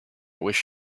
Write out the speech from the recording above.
wish